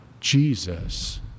Jesus